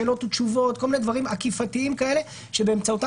שאלות ותשובות ודברים עוקפים כאלה שבאמצעותם